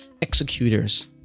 executors